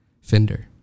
Fender